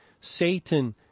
Satan